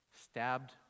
stabbed